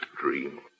Dream